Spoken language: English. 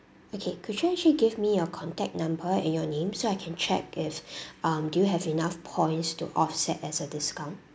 okay could you actually give me your contact number and your name so I can check if um do you have enough points to offset as a discount